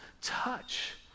Touch